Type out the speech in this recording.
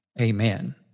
amen